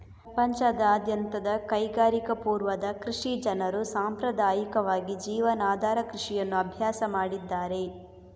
ಪ್ರಪಂಚದಾದ್ಯಂತದ ಕೈಗಾರಿಕಾ ಪೂರ್ವದ ಕೃಷಿ ಜನರು ಸಾಂಪ್ರದಾಯಿಕವಾಗಿ ಜೀವನಾಧಾರ ಕೃಷಿಯನ್ನು ಅಭ್ಯಾಸ ಮಾಡಿದ್ದಾರೆ